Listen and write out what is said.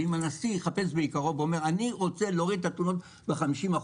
אם הנשיא יחפש ביקרו ויאמר: אני רוצה להוריד את התאונות ב-50%,